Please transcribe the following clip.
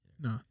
No